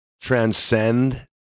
transcend